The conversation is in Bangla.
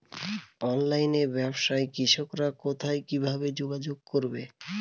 অনলাইনে ব্যবসায় কৃষকরা কোথায় কিভাবে যোগাযোগ করবে?